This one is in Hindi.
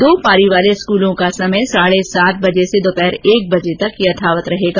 दो पारी वाले स्कूलों का समय साढे सात से दोपहर एक बजे तक यथावत रहेगा